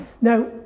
Now